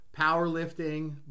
powerlifting